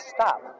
stop